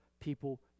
people